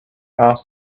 asked